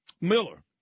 Miller